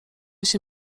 się